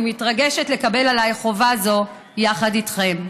אני מתרגשת לקבל עליי חובה זו יחד איתכם.